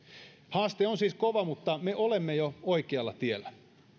haaste on siis kova mutta me olemme jo oikealla tiellä